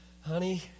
honey